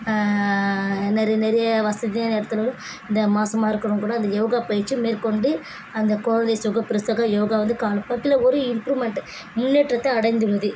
நிறைய நிறைய வசதியான இடத்துல கூட இந்த மாசமாக இருக்கிறவங்க கூட அந்த யோகா பயிற்சியை மேற்கொண்டு அந்த குலந்தைய சுகப்பிரசக யோகா வந்து காலப்போக்கில் ஒரு இம்ப்ரூமெண்ட் முன்னேற்றத்தை அடைந்துள்ளது